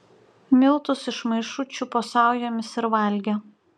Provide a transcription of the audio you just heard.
miltus iš maišų čiupo saujomis ir valgė